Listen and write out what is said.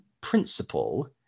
principle